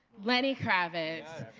lenny kravitz,